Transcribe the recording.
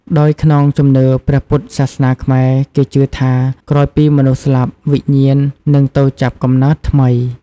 ដោយក្នុងជំនឿព្រះពុទ្ធសាសនាខ្មែរ គេជឿថា ក្រោយពីមនុស្សស្លាប់ វិញ្ញាណនឹងទៅចាប់កំណើតថ្មី។